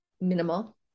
minimal